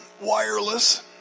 wireless